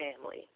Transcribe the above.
family